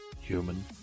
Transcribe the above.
human